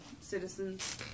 citizens